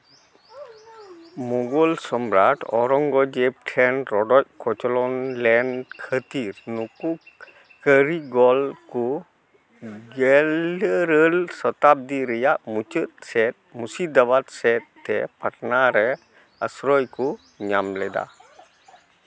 ᱢᱩᱜᱷᱚᱞ ᱥᱚᱢᱨᱟᱴ ᱳᱨᱚᱜᱚᱡᱮᱵᱽ ᱴᱷᱮᱱ ᱨᱚᱰᱚᱡ ᱠᱚᱪᱞᱚᱱ ᱞᱮᱱ ᱠᱷᱟᱹᱛᱤᱨ ᱱᱩᱠᱩ ᱠᱟᱹᱨᱤᱜᱚᱞ ᱠᱚ ᱜᱮᱞ ᱤᱨᱟᱹᱞ ᱥᱟᱛᱟᱵᱫᱤ ᱨᱮᱭᱟᱜ ᱢᱩᱪᱟᱹᱫ ᱥᱮᱫ ᱢᱩᱨᱥᱤᱫᱟᱵᱟᱫᱽ ᱥᱮᱫ ᱛᱮ ᱯᱟᱴᱱᱟ ᱨᱮ ᱟᱥᱨᱟᱭ ᱠᱚ ᱧᱟᱢ ᱞᱮᱫᱟ